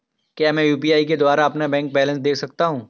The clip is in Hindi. क्या मैं यू.पी.आई के द्वारा अपना बैंक बैलेंस देख सकता हूँ?